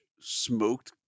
smoked